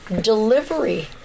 delivery